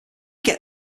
get